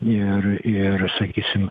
irir sakysim